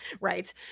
right